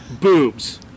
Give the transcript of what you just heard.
Boobs